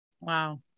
Wow